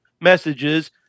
messages